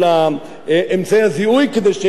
כדי שאם ניתקל מחר בבעיה